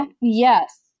Yes